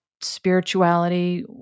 spirituality